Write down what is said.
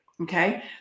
Okay